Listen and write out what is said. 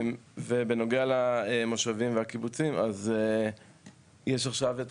ובנוגע למושבים ולקיבוצים אז יש עכשיו את